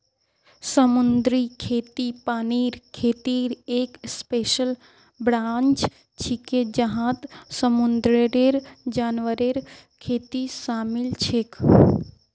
समुद्री खेती पानीर खेतीर एक स्पेशल ब्रांच छिके जहात समुंदरेर जानवरेर खेती शामिल छेक